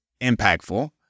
impactful